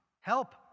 help